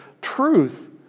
truth